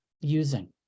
using